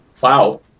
Wow